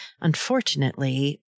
unfortunately